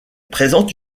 présente